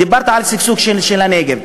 דיברת על שגשוג של הנגב.